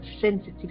sensitive